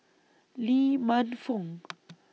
Lee Man Fong